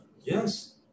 Yes